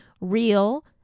real